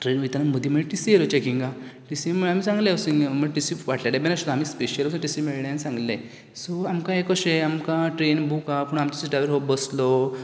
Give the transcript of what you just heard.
train वयात आनी मदी मागीर टिसी येतलो चँकिंगाक टिसी मागीर आमी सांगलें अशें न्ही म्हण टिसी फाटले डब्यान आशिल्लो आमी स्पेशल टिसी मेळले आनी सांगलें सो आमकां यें कशें आमकां ट्रेन बूक आहा पूण आमच्या सिटार हो बसलो